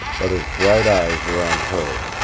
but his bright eyes were on her,